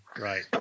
right